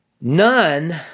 None